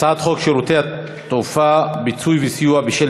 הצעת חוק שירותי תעופה (פיצוי וסיוע בשל